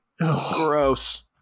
Gross